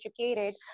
educated